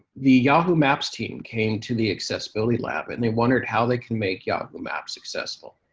the yahoo maps team came to the accessibility lab, and they wondered how they could make yahoo maps accessible.